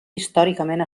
històricament